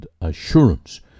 assurance